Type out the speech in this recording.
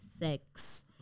sex